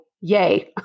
yay